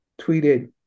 tweeted